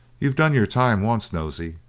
you've done your time once, nosey,